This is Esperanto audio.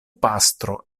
patro